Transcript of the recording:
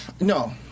No